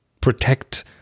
protect